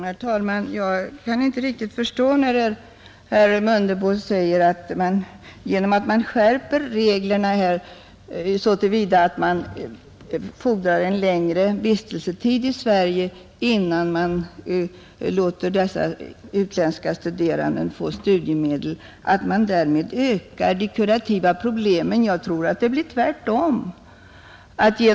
Herr talman! Jag kan inte riktigt förstå vad herr Mundebo menar med att man om man skärper reglerna, så till vida att man fordrar en längre vistelsetid i Sverige innan man låter dessa utländska studerande få studiemedel, därmed ökar de kurativa problemen. Jag tror att det blir tvärtom.